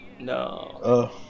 No